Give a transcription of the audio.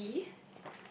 be